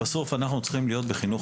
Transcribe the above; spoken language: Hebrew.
בסוף אנחנו צריכים להיות בחינוך